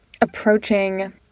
approaching